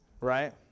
right